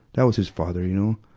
that was his father, you know.